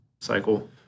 cycle